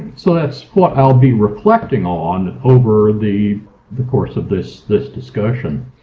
so that's what i'll be reflecting on over the the course of this this discussion.